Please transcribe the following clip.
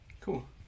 cool